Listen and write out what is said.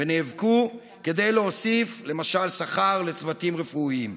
ונאבקו כדי להוסיף, למשל, שכר לצוותים רפואיים.